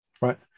right